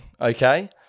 okay